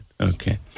Okay